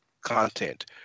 content